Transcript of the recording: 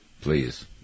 Please